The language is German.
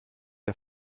der